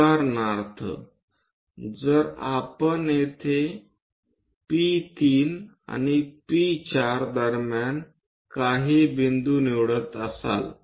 उदाहरणार्थ जर आपण येथे P3 आणि P4 दरम्यान काही बिंदू निवडत असाल